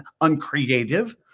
uncreative